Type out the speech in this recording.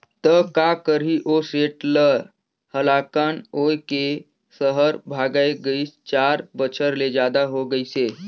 त का करही ओ सेठ ले हलाकान होए के सहर भागय गइस, चार बछर ले जादा हो गइसे